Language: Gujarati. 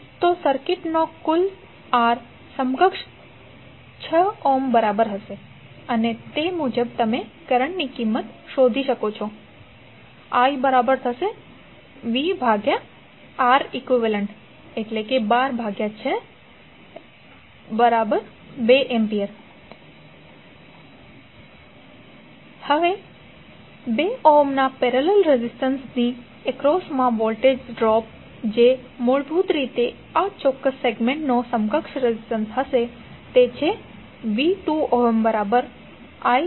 તો સર્કિટનો કુલ R સમકક્ષ 6 ઓહ્મ બરાબર હશે અને તે મુજબ તમે કરંટની કિંમત શોધી શકો છો iVReq1262A હવે 2 ઓહ્મના પેરેલલ રેઝિસ્ટન્સની એક્રોસ્મા વોલ્ટેજ જે મૂળરૂપે આ ચોક્કસ સેગમેન્ટ નો સમકક્ષ રેઝિસ્ટન્સ હશે તે છે v2i24 V